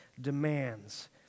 demands